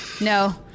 No